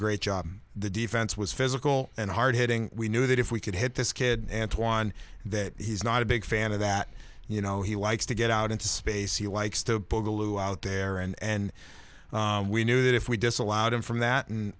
great job the defense was physical and hard hitting we knew that if we could hit this kid antwan that he's not a big fan of that you know he likes to get out into space he likes to pull the loo out there and we knew that if we disallowed him from that and